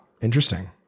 interesting